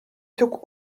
took